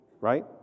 Right